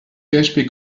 php